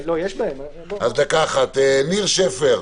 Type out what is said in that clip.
ניר שפר,